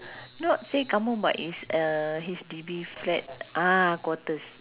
not say kampung but it's a H_D_B flat ah quarters